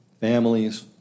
families